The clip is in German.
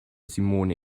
simone